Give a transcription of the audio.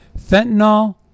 Fentanyl